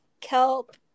kelp